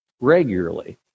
regularly